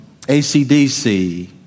ACDC